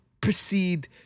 proceed